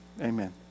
Amen